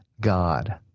God